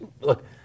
look